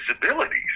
disabilities